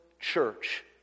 church